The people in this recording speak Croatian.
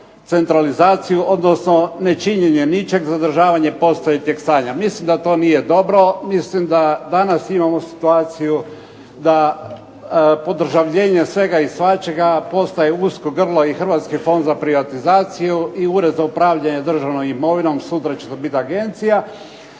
centralizaciju, odnosno ne činjenje ničeg zadržavanje postojećeg stanja. Mislim da to nije dobro, mislim da danas imamo situaciju da podržavljenje svega i svačega postaje usko grlo i Hrvatski fond za privatizaciju i uredno upravljanje državnom imovinom, sutra će to biti agencija.